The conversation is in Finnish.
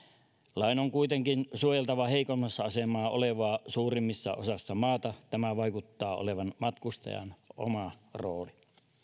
lain on kuitenkin suojeltava heikoimmassa asemassa olevaa suurimmassa osassa maata tämä vaikuttaa olevan matkustajan oma rooli